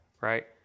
Right